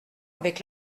avec